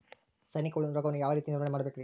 ಸೈನಿಕ ಹುಳು ರೋಗವನ್ನು ಯಾವ ರೇತಿ ನಿರ್ವಹಣೆ ಮಾಡಬೇಕ್ರಿ?